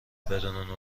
بدون